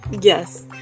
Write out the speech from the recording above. Yes